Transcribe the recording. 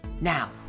Now